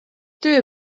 töö